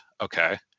okay